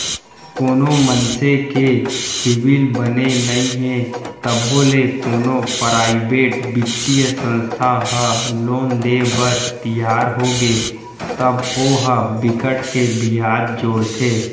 कोनो मनसे के सिविल बने नइ हे तभो ले कोनो पराइवेट बित्तीय संस्था ह लोन देय बर तियार होगे तब ओ ह बिकट के बियाज जोड़थे